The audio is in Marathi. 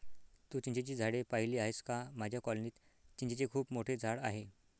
तू चिंचेची झाडे पाहिली आहेस का माझ्या कॉलनीत चिंचेचे खूप मोठे झाड आहे